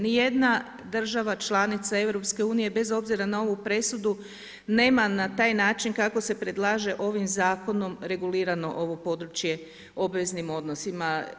Ni jedna država članica EU, bez obzira na ovu presudu nema na taj način kako se predlaže ovim Zakonom regulirano ovo područje o obveznim odnosima.